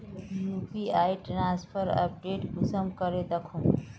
UPI transfer update कुंसम करे दखुम?